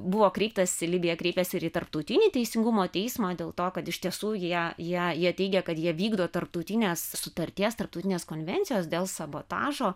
buvo kreiptasi libija kreipėsi ir į tarptautinį teisingumo teismą dėl to kad iš tiesų jie jie jie teigė kad jie vykdo tarptautinės sutarties tarptautinės konvencijos dėl sabotažo